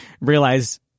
realize